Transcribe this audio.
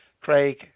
craig